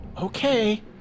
Okay